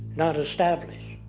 not established.